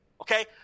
Okay